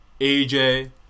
AJ